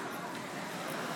(קוראת בשמות חברי הכנסת)